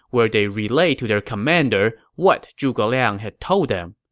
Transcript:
where they relayed to their commander what zhuge liang had told them.